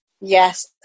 Yes